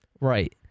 Right